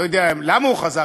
לא יודע למה הוא חזר,